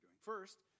First